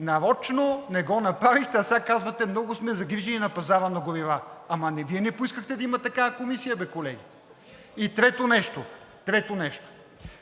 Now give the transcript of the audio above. Нарочно не го направихте, а сега казвате: много сме загрижени за пазара на горива. Ама Вие не поискахте да има такава комисия бе, колеги! И трето нещо,